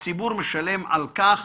והציבור משלם על כך